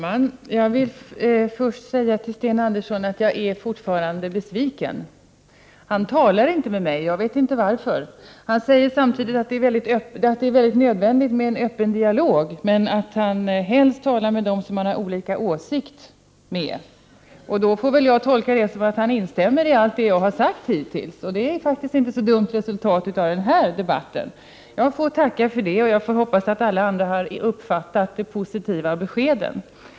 Fru talman! Jag vill först säga till Sten Andersson att jag fortfarande är besviken. Han talar inte med mig-— jag vet inte varför. Han säger samtidigt att det är nödvändigt med en öppen dialog men att han helst talar med dem som har en annan åsikt än han själv. Jag får väl tolka detta så att han instämmer i allt det som jag har sagt hittills. Det är faktiskt inte så dumt resultat av den här debatten. Jag får tacka för det, och jag får hoppas att alla andra har uppfattat de positiva beskeden.